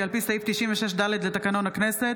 כי על פי סעיף 96(ד) לתקנון הכנסת,